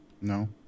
No